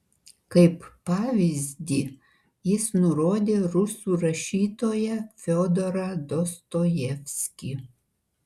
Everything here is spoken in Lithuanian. kaip pavyzdį jis nurodė rusų rašytoją fiodorą dostojevskį